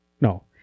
No